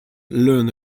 learn